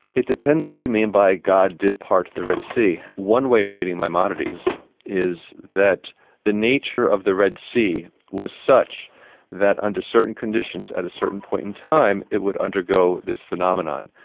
it depends what you mean by god did part the red sea. one way of reading maimonides is that the nature of the red sea was such that under certain conditions, at a certain point in time, it would undergo this phenomenon.